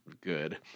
good